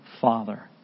Father